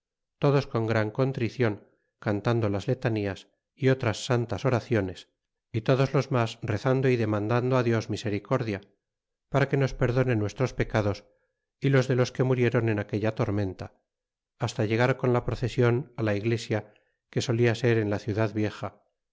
todos con gran contricion cantando las letanías y otras santas oraciones y todos los mas rezando y demandando á dios misericordia para que nos perdone nuestros pecados y los de los que murieron en aquella tormenta hasta llegar con la procesion la iglesia que solia ser en la ciudad vieja